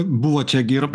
buvo čia gi ir